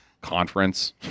conference